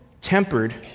tempered